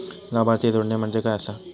लाभार्थी जोडणे म्हणजे काय आसा?